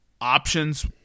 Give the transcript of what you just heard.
Options